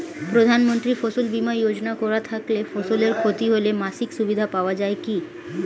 প্রধানমন্ত্রী ফসল বীমা যোজনা করা থাকলে ফসলের ক্ষতি হলে মাসিক সুবিধা পাওয়া য়ায় কি?